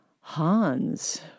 Hans